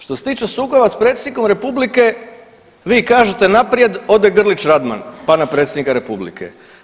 Što se tiče sukoba s predsjednikom republike vi kažete naprijed ode Grlić Radman pa na predsjednika republike.